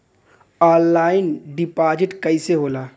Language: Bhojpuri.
ऑनलाइन डिपाजिट कैसे होला?